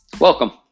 Welcome